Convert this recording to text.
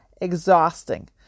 Exhausting